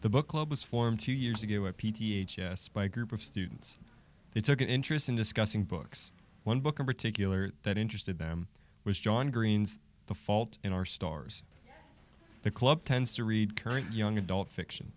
the book club was formed two years ago by a group of students it took an interest in discussing books one book in particular that interested them was john green's the fault in our stars the club tends to read current young adult fiction